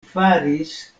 faris